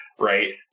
right